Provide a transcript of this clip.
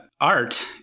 art